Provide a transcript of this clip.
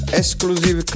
exclusive